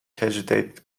hesitate